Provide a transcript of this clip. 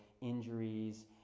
injuries